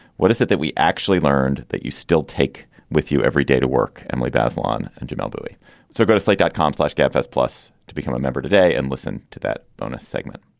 what is it that we actually learned that you still take with you every day to work? work? emily bazelon and jamelle bouie so go to slate dot com. flash gap has plus to become a member today and listen to that bonus segment.